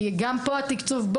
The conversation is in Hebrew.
כי גם פה התקצוב...